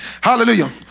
Hallelujah